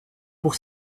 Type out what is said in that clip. pour